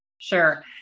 Sure